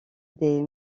des